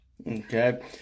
Okay